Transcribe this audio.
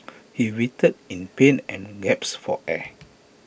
he writhed in pain and gasped for air